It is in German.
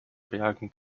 bergen